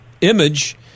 image